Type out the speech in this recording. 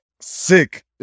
sick